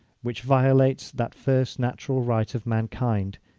which violates that first natural right of mankind,